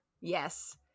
Yes